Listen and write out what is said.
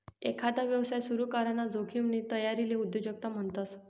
एकांदा यवसाय सुरू कराना जोखिमनी तयारीले उद्योजकता म्हणतस